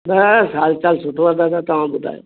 बस हालु चालु सुठो आहे दादा तव्हां ॿुधायो